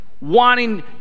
wanting